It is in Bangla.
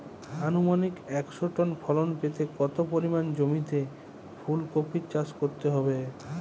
আনুমানিক একশো টন ফলন পেতে কত পরিমাণ জমিতে ফুলকপির চাষ করতে হবে?